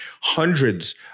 Hundreds